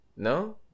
No